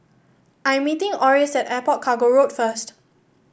I'm meeting Orris at Airport Cargo Road first